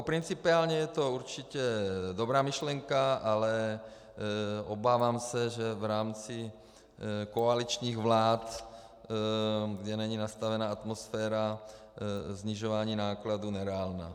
Principiálně je to určitě dobrá myšlenka, ale obávám se, že v rámci koaličních vlád, kde není nastavena atmosféra snižování nákladů, je nereálná.